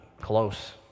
close